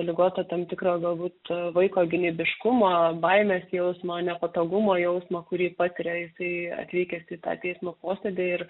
ligota tam tikro galbūt vaiko gynybiškumo baimės jausmo nepatogumo jausmo kurį patiria jisai atvykęs į tą teismo posėdį ir